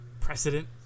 precedent